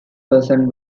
person